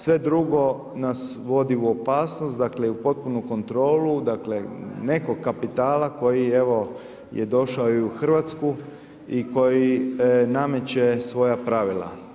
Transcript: Sve drugo nas vodi u opasnost, dakle, u potpunu kontrolu, dakle, nekog kapitala koji je došao u Hrvatsku i koji nameće svoja pravila.